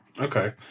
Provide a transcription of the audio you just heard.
Okay